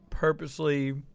Purposely